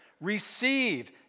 receive